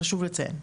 חשוב לציין.